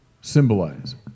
symbolize